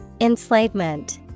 Enslavement